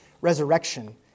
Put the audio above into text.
resurrection